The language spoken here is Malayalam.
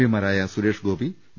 പിമാരായ സുരേഷ്ഗോപി വി